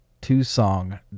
two-song